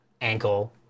ankle